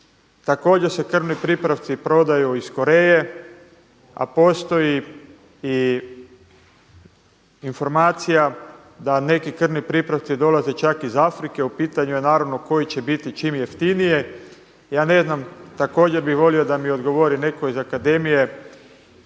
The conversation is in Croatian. također se krvni pripravci prodaju iz Koreje, a postoji i informacija da neki krvni pripravci dolaze čak iz Afrike. U pitanju je naravno koji će biti čim jeftinije. Ja ne znam, također bih volio da mi odgovori netko iz akademije,